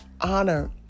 honor